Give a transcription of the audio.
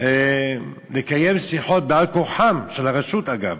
לקיים שיחות על-כורחה, של הרשות, אגב.